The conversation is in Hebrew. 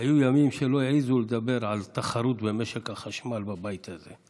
היו ימים שלא העזו לדבר על תחרות במשק החשמל בבית הזה.